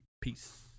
Peace